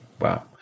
Wow